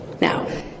Now